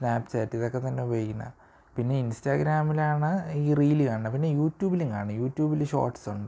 സ്നാപ് chat ഇതൊക്കെ തന്നെ ഉപയോഗിക്കുന്നത് പിന്നെ ഇൻസ്റ്റാഗ്രാമിലാണ് ഈ റീൽ കാണണ പിന്നെ യൂട്യുബിലും കാണും യൂട്യൂബിൽ ഷോർട്സുണ്ട്